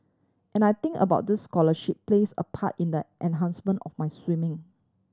and I think about this scholarship plays a part in the enhancement of my swimming